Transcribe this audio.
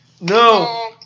No